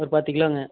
ஒரு பத்துக் கிலோங்க